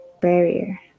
barrier